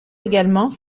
également